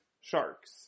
sharks